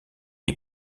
est